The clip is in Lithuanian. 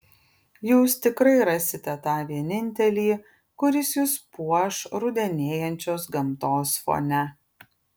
jūs tikrai rasite tą vienintelį kuris jus puoš rudenėjančios gamtos fone